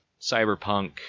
cyberpunk